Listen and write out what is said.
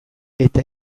eta